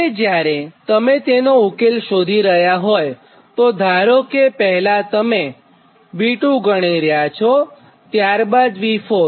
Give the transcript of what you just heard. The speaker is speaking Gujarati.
હવેજ્યારે તમે તેનો ઉકેલ શોધી રહ્યા હોયતો ધારો કે તમે પહેલાં V2 ગણી રહ્યા છોત્યારબાદ V4